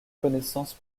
connaissance